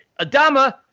Adama